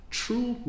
true